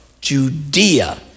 Judea